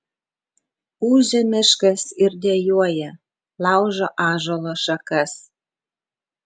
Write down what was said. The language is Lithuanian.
ūžia miškas ir dejuoja laužo ąžuolo šakas